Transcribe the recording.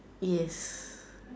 yes